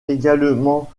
également